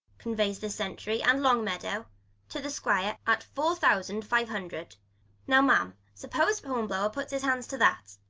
conveys the centry, and longmeadow to the squire at four thousand five hundred now, ma'am, suppose hornblower puts his hand to that,